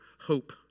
hope